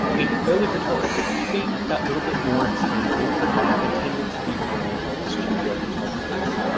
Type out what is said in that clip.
in early photography, being that little bit more expensive it tended to be the realm of studio photographers.